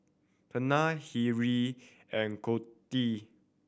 Tania Hillery and Codi